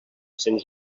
sens